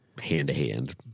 hand-to-hand